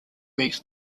weeks